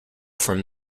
from